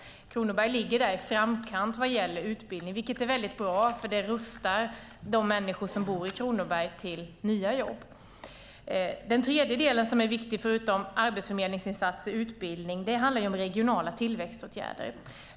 Kronoberg ligger i framkant vad gäller utbildning, vilket är väldigt bra, för det rustar de människor som bor i Kronoberg för nya jobb. Den tredje delen som är viktig, förutom arbetsförmedlingsinsatser och utbildning, handlar om regionala tillväxtåtgärder.